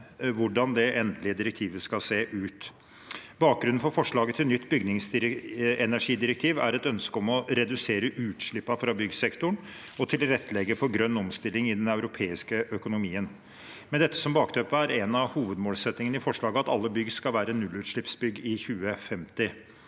dan det endelige direktivet skal se ut. Bakgrunnen for forslaget til nytt bygningsenergidirektiv er et ønske om å redusere utslippene fra byggsektoren og tilrettelegge for grønn omstilling i den europeiske økonomien. Med dette som bakteppe er en av hovedmålsettingene i forslaget at alle bygg skal være nullutslippsbygg i 2050.